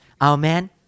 Amen